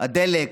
הדלק,